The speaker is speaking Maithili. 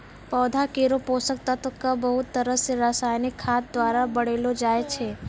पौधा केरो पोषक तत्व क बहुत तरह सें रासायनिक खाद द्वारा बढ़ैलो जाय छै